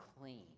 clean